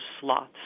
slots